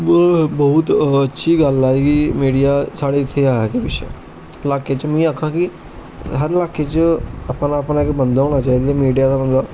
लोक बहूत अच्छी गल्ल ऐ कि मिडिया साडे इत्थे है अग्गे पिच्छे इलाके च में आक्खया कि हर इलाके च अपना अपना इक वंदा होंना चाहिदा मिडिया दा बंदा